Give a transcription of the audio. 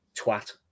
twat